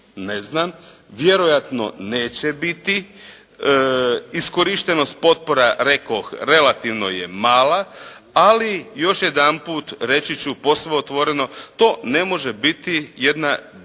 ne znam, vjerojatno neće biti. Iskorištenost potpora, rekoh relativno je mala, ali još jedanput reći ću, posve otvoreno to ne može biti jedna državnička